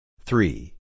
Three